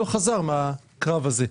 לא חזר מהקרב הזה,